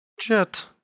Jet